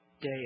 day